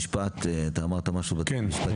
משפט, אתה אמרת משהו וביקשת?